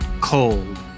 cold